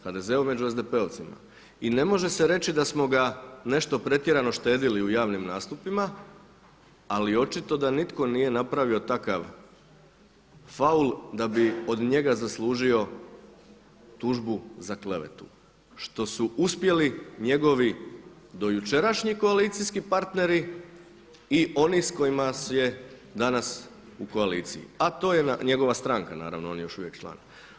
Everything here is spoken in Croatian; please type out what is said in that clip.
HDZ-ov među SDP-ovcima i ne može se reći da smo ga pretjerano štedili u javnim nastupima, ali očito da nitko nije napravo takav faul da bi od njega zaslužio tužbu za klevetu, što su uspjeli njegovi dojučerašnji koalicijski partneri i oni s kojima je danas u koaliciji, a to je njegova stranka naravno on je još uvijek član.